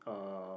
uh